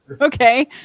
Okay